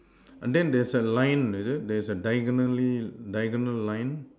and then there's a line is it there's a diagonally~ diagonal line